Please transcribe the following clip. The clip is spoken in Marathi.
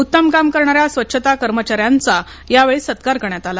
उत्तम काम करणाऱ्या स्वच्छता कर्मचाऱ्यांचा यावेळी सत्कार करण्यात आला